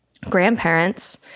grandparents